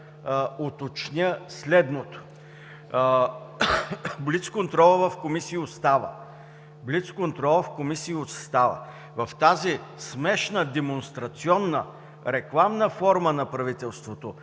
уточня следното: блицконтролът в комисии остава. В тази смешна демонстрационна рекламна форма на правителството